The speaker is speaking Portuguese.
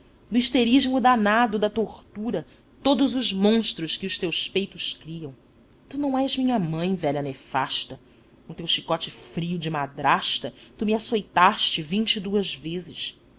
escura no histerismo danado da tortura todos os monstros que os teus peitos criam tu não és minha mãe velha nefasta com o teu chicote frio de madrasta tu me açoitaste vinte e duas vezes